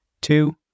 Two